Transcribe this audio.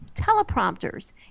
teleprompters